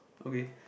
okay